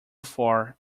far